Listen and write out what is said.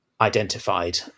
identified